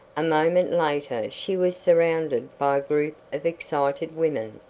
a moment later she was surrounded by a group of excited women,